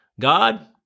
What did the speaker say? God